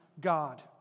God